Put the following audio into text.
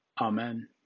Amen